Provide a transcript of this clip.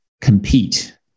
compete